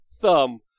thumb